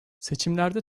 seçimlerde